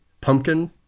pumpkin